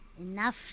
Enough